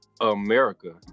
America